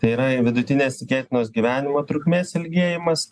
tai yra vidutinės tikėtinos gyvenimo trukmės ilgėjimas